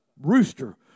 rooster